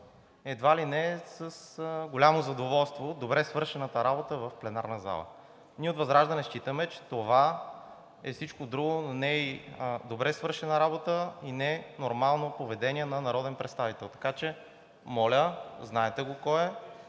едва ли не с голямо задоволство от добре свършената работа в пленарна зала. Ние от ВЪЗРАЖДАНЕ считаме, че това е всичко друго, но не и добре свършена работа, не е нормално поведение на народен представител. Така че моля, знаете го кой е,